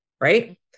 right